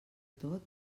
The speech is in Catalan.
tot